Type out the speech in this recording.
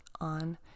on